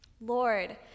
Lord